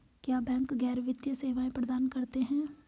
क्या बैंक गैर वित्तीय सेवाएं प्रदान करते हैं?